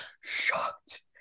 Shocked